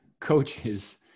coaches